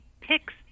picks